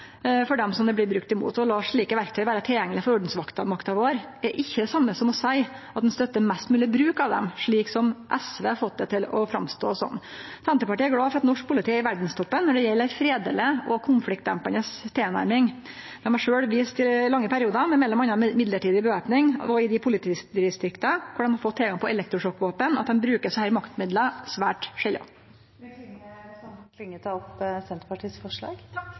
for dei som det blir brukt mot. Å la slike verktøy vera tilgjengelege for ordensmakta vår er ikkje det same som å seie at ein støttar mest mogleg bruk av dei, slik SV har fått det til å sjå ut som. Senterpartiet er glad for at norsk politi er i verdstoppen når det gjeld ei fredeleg og konfliktdempande tilnærming. Dei har sjølve vist i lange periodar med m.a. mellombels væpning og i dei politidistrikta dei har fått tilgang til elektrosjokkvåpen, at dei bruker desse maktmidla svært sjeldan. Vil representanten ta opp Senterpartiets forslag?